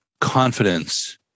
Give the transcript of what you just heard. confidence